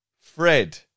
Fred